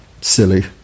Silly